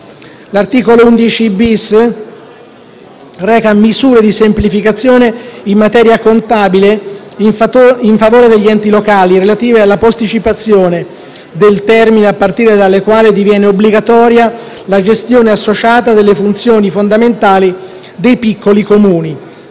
(testo 2)) reca misure di semplificazione in materia contabile in favore degli enti locali relative alla posticipazione del termine a partire dal quale diviene obbligatoria la gestione associata delle funzioni fondamentali dei piccoli Comuni;